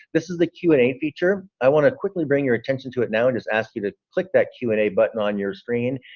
this is the q and a feature-i want to quickly bring your attention to it now and just ask you to click that q and a button on your screen,